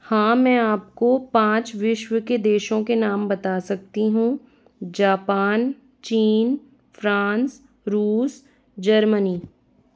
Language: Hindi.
हाँ मैं आपको पाँच विश्व के देशों के नाम बता सकती हूँ जापान चीन फ़्रांस रूस जर्मनी